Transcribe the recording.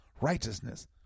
righteousness